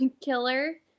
killer